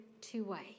two-way